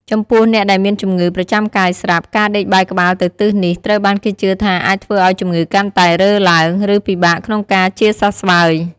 ចំពោះអ្នកដែលមានជំងឺប្រចាំកាយស្រាប់ ការដេកបែរក្បាលទៅទិសនេះ ត្រូវបានគេជឿថាអាចធ្វើឱ្យជំងឺកាន់តែរើឡើង ឬពិបាកក្នុងការជាសះស្បើយ។